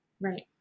Right